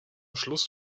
schluss